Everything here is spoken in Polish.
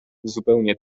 zupełnie